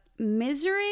Misery